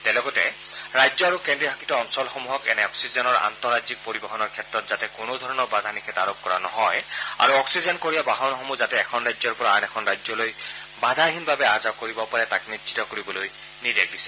তেওঁ লগতে ৰাজ্য আৰু কেন্দ্ৰীয় শাসিত অঞ্চলসমূহক এনে অক্সিজেনৰ আন্তঃৰাজ্যিক পৰিবহনৰ ক্ষেত্ৰত যাতে কোনো ধৰণৰ বাধা নিষেধ আৰোপ কৰা নহয় আৰু অক্সিজেন কঢ়িওৱা বাহনসমূহ যাতে এখন ৰাজ্যৰ পৰা আন এখন ৰাজ্যলৈ বাধাহীনভাৱে আহ যাহ কৰিব পাৰে তাক নিশ্চিত কৰিবলৈ নিৰ্দেশ দিছে